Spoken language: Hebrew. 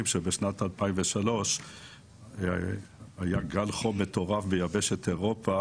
שבשנת 2003 היה גל חום מטורף ביבשת אירופה,